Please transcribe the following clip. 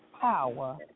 power